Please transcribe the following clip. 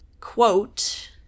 quote